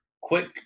quick